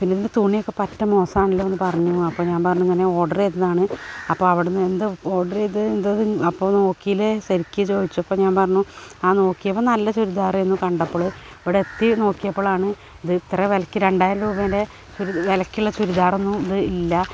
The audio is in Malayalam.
പിന്നിന്റെ തുണിയൊക്കെ പറ്റെ മോസാൺല്ലോന്ന് പറഞ്ഞൂ അപ്പം ഞാൻ പറഞ്ഞു ഇങ്ങനെ ഓഡർ ചെയ്തതാണ് അപ്പോൾ അവിടെ നിന്ന് എന്തോ ഓർഡർ ചെയ്തതെന്തൊണ് അപ്പോൾ നോക്കിയില്ലേ ശരിക്ക് ചോദിച്ചപ്പം ഞാൻ പറഞ്ഞു ആ നോക്കിയപ്പം നല്ല ചുരിദാറയിരുന്നു കണ്ടപ്പോൾ ഇവിടെ എത്തി നോക്കിയപ്പോഴാണ് ഇത് ഇത്ര വലിക്ക് രണ്ടായിരം രൂപൻ്റെ വിലക്കുള്ള ചുരിദാറൊന്നും ഇത് ഇല്ല